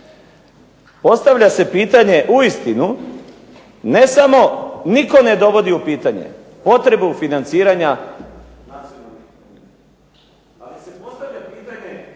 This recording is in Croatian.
Postavlja se pitanje uistinu ne samo, nitko ne dovodi u pitanje potrebu financiranja …/Govornik isključen…/…